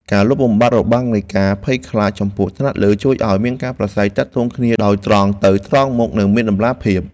ការលុបបំបាត់របាំងនៃការភ័យខ្លាចចំពោះថ្នាក់លើ ជួយឱ្យមានការប្រាស្រ័យទាក់ទងគ្នាដោយត្រង់ទៅត្រង់មកនិងមានតម្លាភាព។